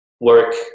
work